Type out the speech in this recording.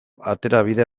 aterabide